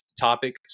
topic